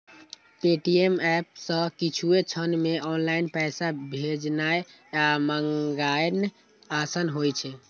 Paytm app सं किछुए क्षण मे ऑनलाइन पैसा भेजनाय आ मंगेनाय आसान होइ छै